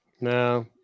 No